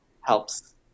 helps